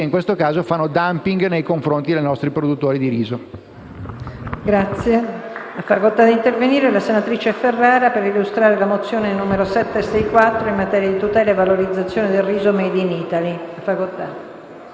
in questo caso, fanno *dumping* nei confronti dei nostri produttori di riso.